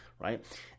right